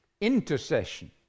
intercession